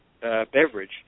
beverage